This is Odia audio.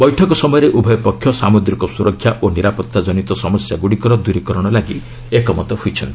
ବୈଠକ ସମୟରେ ଉଭୟ ପକ୍ଷ ସାମୁଦ୍ରିକ ସୁରକ୍ଷା ଓ ନିରାପତ୍ତା କନିତ ସମସ୍ୟାଗୁଡ଼ିକର ଦ୍ୱରୀକରଣ ଲାଗି ଏକମତ ହୋଇଛନ୍ତି